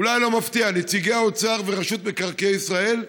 אולי לא מפתיע, נציגי האוצר ורשות מקרקעי ישראל,